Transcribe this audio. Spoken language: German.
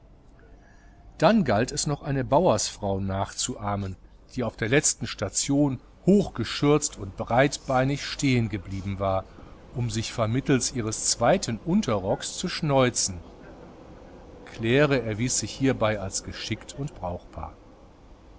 dann galt es noch eine bauersfrau nachzuahmen die auf der letzten station hochgeschürzt und breitbeinig stehengeblieben war um sich vermittels ihres zweiten unterrocks zu schneuzen claire erwies sich hierbei als geschickt und brauchbar